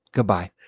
Goodbye